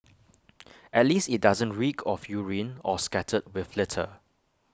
at least IT doesn't reek of urine or scattered with litter